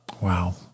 Wow